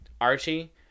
Archie